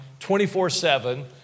24-7